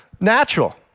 Natural